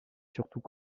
surtout